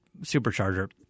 supercharger